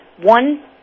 one